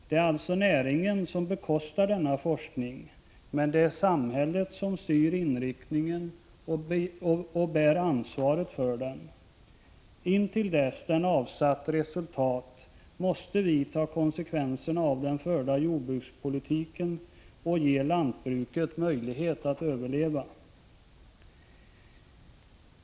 Det är alltså näringen som bekostar denna forskning, men det är staten som styr inriktningen och bär ansvaret för den. Intill dess den har avsatt resultat måste vi ta konsekvenserna av den förda jordbrukspolitiken och ge jordbruket möjlighet att överleva.